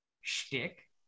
shtick